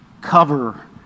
cover